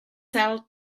sell